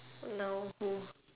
now who